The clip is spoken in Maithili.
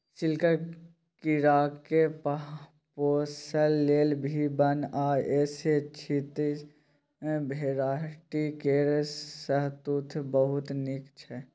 सिल्कक कीराकेँ पोसय लेल भी वन आ एस छत्तीस भेराइटी केर शहतुत बहुत नीक छै